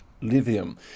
lithium